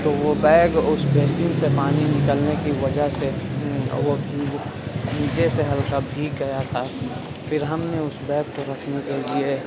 تو وہ بیگ اس بیسن سے پانی نکلنے کی وجہ سے وہ نیچے سے ہلکا بھیگ گیا تھا پھر ہم نے اس بیگ کو رکھنے کے لیے